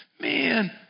man